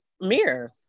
mirror